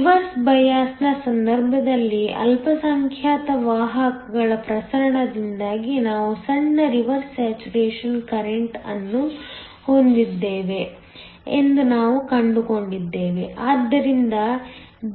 reverse ಬಯಾಸ್ನ ಸಂದರ್ಭದಲ್ಲಿ ಅಲ್ಪಸಂಖ್ಯಾತ ವಾಹಕಗಳ ಪ್ರಸರಣದಿಂದಾಗಿ ನಾವು ಸಣ್ಣ ರಿವರ್ಸ್ ಸ್ಯಾಚುರೇಶನ್ ಕರೆಂಟ್ ಅನ್ನು ಹೊಂದಿದ್ದೇವೆ ಎಂದು ನಾವು ಕಂಡುಕೊಂಡಿದ್ದೇವೆ ಆದ್ದರಿಂದ